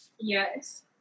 yes